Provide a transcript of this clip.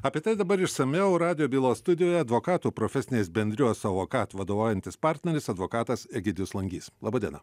apie tai dabar išsamiau radijo bylos studijoje advokatų profesinės bendrijos avokat vadovaujantis partneris advokatas egidijus langys laba diena